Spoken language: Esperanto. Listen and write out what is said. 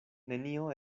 nenio